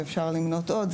ואפשר למנות עוד,